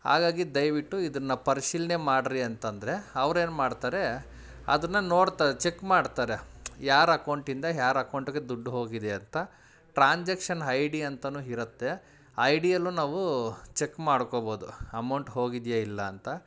ಹಾಗಾಗಿ ದಯವಿಟ್ಟು ಇದನ್ನು ಪರಿಶೀಲನೆ ಮಾಡಿರಿ ಅಂತಂದರೆ ಅವ್ರು ಏನು ಮಾಡ್ತಾರೆ ಅದನ್ನು ನೋಡ್ತಾ ಚೆಕ್ ಮಾಡ್ತಾರೆ ಯಾರ ಅಕೌಂಟಿಂದ ಯಾರ್ ಅಕೌಂಟಿಗೆ ದುಡ್ಡು ಹೋಗಿದೆ ಅಂತ ಟ್ರಾಂಜಕ್ಷನ್ ಹೈ ಡಿ ಅಂತಾನು ಇರತ್ತೆ ಆ ಐ ಡಿಯಲ್ಲು ನಾವೂ ಚೆಕ್ ಮಾಡ್ಕೊಬೋದು ಅಮೌಂಟ್ ಹೋಗಿದೆಯಾ ಇಲ್ಲ ಅಂತ